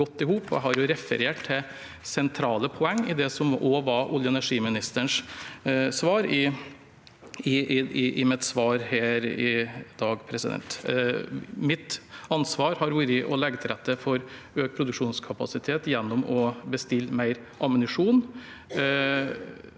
dag har jeg referert til sentrale poeng i det som også var olje- og energiministerens svar. Mitt ansvar har vært å legge til rette for økt produksjonskapasitet gjennom å bestille mer ammunisjon.